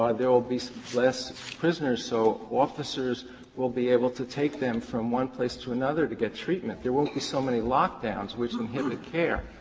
ah there will be so less prisoners so officers will be able to take them from one place to another to get treatment. there won't be so many lockdowns which inhibit care.